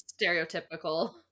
stereotypical